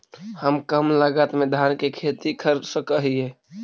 हम कम लागत में धान के खेती कर सकहिय?